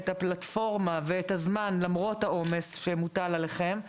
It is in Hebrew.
הפלטפורמה והזמן למרות העומס שמוטל עליכם.